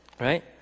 Right